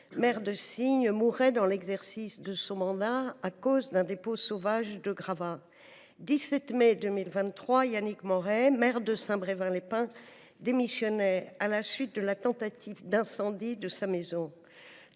maire de Signes, mourait dans l’exercice de son mandat à cause d’un dépôt sauvage de gravats. Le 17 mai 2023, Yannick Morez, maire de Saint Brevin les Pins, démissionnait à la suite de la tentative d’incendie de sa maison.